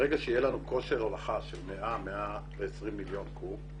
ברגע שיהיה לנו כושר הולכה של 120-100 מיליון קוב,